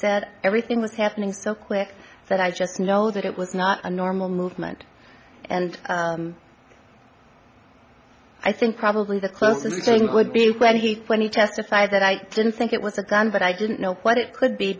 said everything was happening so quick that i just know that it was not a normal movement and i think probably the closest thing would be when he when he testified that i didn't think it was a gun but i didn't know what it could be